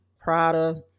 Prada